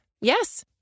Yes